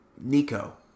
Nico